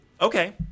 Okay